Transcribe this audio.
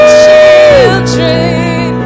children